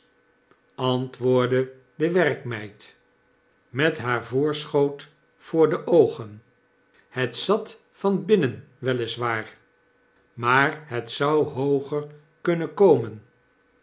antwoordde de werkmeid met haar voorschoot voor de oogen hetzat van binnen wel is waar maar het zou hooger kunnen komen